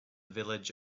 village